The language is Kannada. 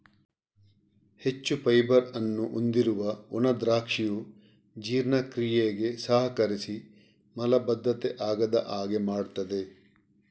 ಹೆಚ್ಚು ಫೈಬರ್ ಅನ್ನು ಹೊಂದಿರುವ ಒಣ ದ್ರಾಕ್ಷಿಯು ಜೀರ್ಣಕ್ರಿಯೆಗೆ ಸಹಕರಿಸಿ ಮಲಬದ್ಧತೆ ಆಗದ ಹಾಗೆ ಮಾಡ್ತದೆ